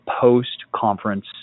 post-conference